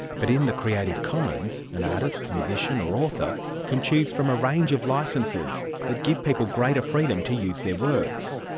but in the creative commons, an artist, musician or author can choose from a range of licences that give people greater freedom to use their works.